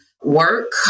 work